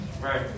Right